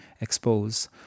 expose